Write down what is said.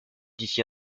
d’ici